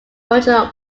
original